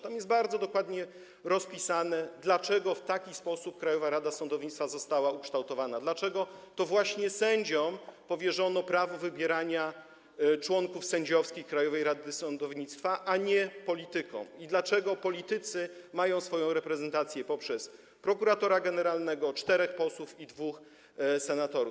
Tam jest bardzo dokładnie rozpisane, dlaczego w taki sposób Krajowa Rada Sądownictwa została ukształtowana, dlaczego to właśnie sędziom powierzono prawo wybierania członków sędziowskich Krajowej Rady Sądownictwa, a nie politykom, i dlaczego politycy mają swoją reprezentację poprzez prokuratora generalnego, czterech posłów i dwóch senatorów.